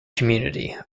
community